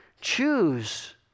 choose